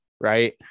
Right